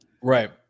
right